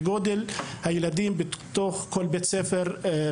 לפני תקופה לא ארוכה,